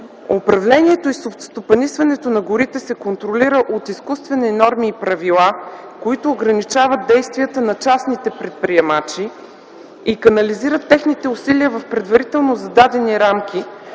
Управлението и стопанисването на горите се контролира от изкуствени норми и правила, които ограничават действията на частните предприемачи и канализират техните усилия в предварително зададени рамки,